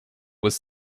was